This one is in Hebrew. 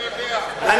איך אתה יודע?